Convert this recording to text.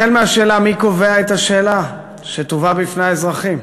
החל בשאלה מי קובע את השאלה שתובא בפני האזרחים,